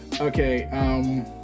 Okay